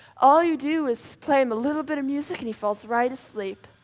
all you do is play him a little bit of music and he falls right asleep.